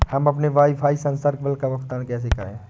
हम अपने वाईफाई संसर्ग बिल का भुगतान कैसे करें?